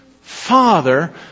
father